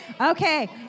Okay